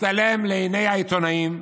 הצטלם לעיני העיתונאים,